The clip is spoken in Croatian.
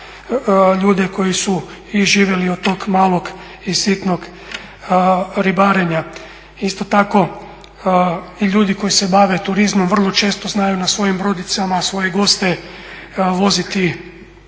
ljude koji su i živjeli od tog malog i sitnog ribarenja. Isto tako i ljudi koji se bave turizmom vrlo često znaju na svojim brodicama svoje goste voziti na